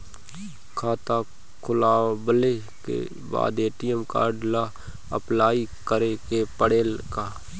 खाता खोलबाबे के बाद ए.टी.एम कार्ड ला अपलाई करे के पड़ेले का?